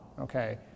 okay